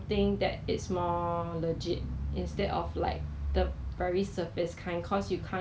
I saw the bottles are full of half volume then I think they're selling for like I think one dollar